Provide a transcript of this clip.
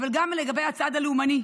אבל גם לגבי הצד הלאומני,